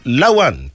lawan